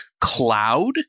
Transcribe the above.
cloud